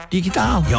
Digitaal